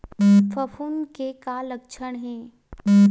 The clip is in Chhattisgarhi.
फफूंद के का लक्षण हे?